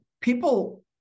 people